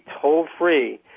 toll-free